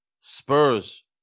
Spurs